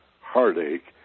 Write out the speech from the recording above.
heartache